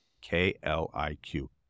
K-L-I-Q